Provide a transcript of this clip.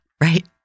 right